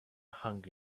hung